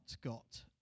got